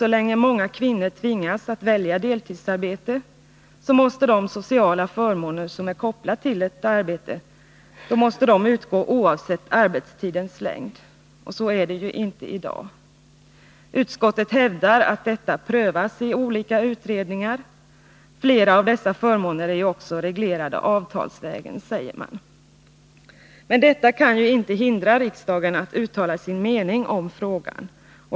Så länge många kvinnor tvingas välja deltidsarbete, menar vi, måste de sociala förmåner som är kopplade till ett arbete utgå oavsett arbetstidens längd. Så är det inte i dag. Utskottet hävdar att detta prövas i olika utredningar. Flera av dessa förmåner är också reglerade avtalsvägen, säger man. Men detta kan inte hindra riksdagen att uttala sin mening om frågan.